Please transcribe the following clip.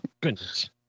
goodness